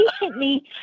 patiently